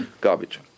garbage